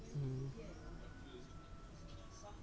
mm